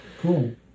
Cool